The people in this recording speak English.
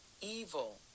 evil